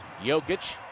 Jokic